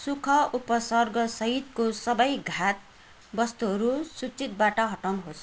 सुख उपसर्गसहितको सबै घात वस्तुहरू सुचिबाट हटाउनुहोस्